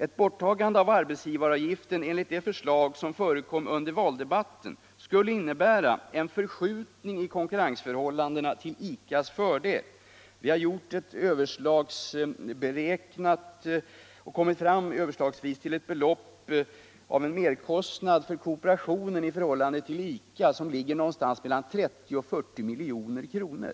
Ett borttagande av arbetsgivaravgiften enligt det förslag som förekom under valdebatten skulle innebära en förskjutning i konkurrensförhållandena till ICA:s fördet. Vi har gjort en. beräkning och har därvid överslagsvis kommit fram till ett belopp som skulle ge en merkostnad för kooperationen i förhållande till ICA som skulle ligga någonstans mellan 30 och 40 milj.kr.